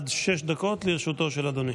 עד שש דקות לרשותו של אדוני.